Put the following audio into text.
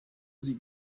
sie